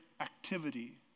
activity